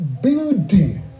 building